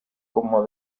como